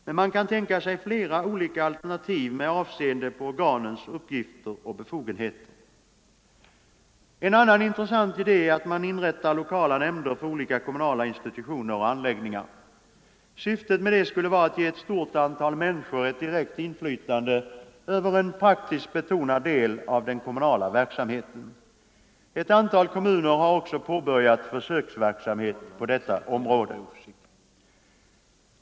Men man kan tänka sig flera olika alternativ med avseende på organens uppgifter och befogenheter. En annan intressant idé är att man inrättar lokala nämnder för olika kommunala institutioner och anläggningar. Syftet med det skulle vara att ge ett stort antal människor ett direkt inflytande över en praktiskt betonad del av den kommunala verksamheten. Ett antal kommuner har också påbörjat försöksverksamhet på detta område.